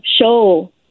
show